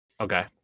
Okay